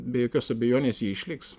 be jokios abejonės jie išliks